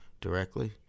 directly